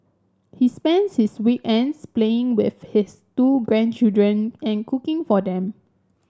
he spends his weekends playing with his two grandchildren and cooking for them